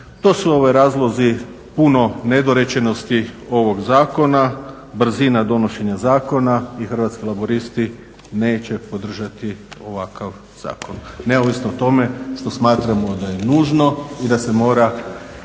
To su razlozi puno nedorečenosti ovog zakona, brzina donošenja zakona i Hrvatski laburisti neće podržati ovakav zakon, neovisno o tome što smatramo da je nužno i da se mora